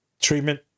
Treatment